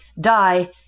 die